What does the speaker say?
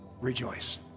rejoice